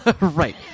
Right